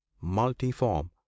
multiform